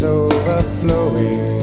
overflowing